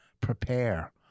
prepare